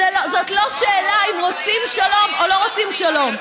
זאת לא שאלה אם רוצים שלום או לא רוצים שלום.